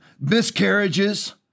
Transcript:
miscarriages